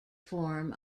form